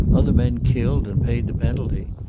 other men killed and paid the penalty.